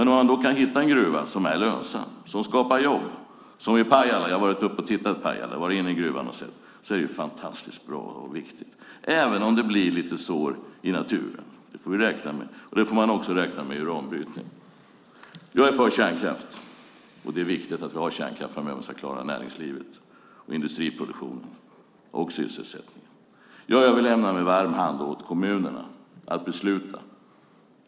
Om man då kan hitta en gruva som är lönsam, som skapar jobb, som i Pajala - jag har varit uppe i Pajala och varit inne i gruvan och tittat - är det fantastiskt bra och viktigt, även om det blir lite sår i naturen. Det får vi räkna med. Det får man också räkna med i uranbrytningen. Jag är för kärnkraft. Det är viktigt att vi har kärnkraft om vi ska klara näringslivet, industriproduktionen och sysselsättningen. Jag överlämnar med varm hand åt kommunerna att besluta.